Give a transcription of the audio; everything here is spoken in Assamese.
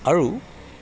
আৰু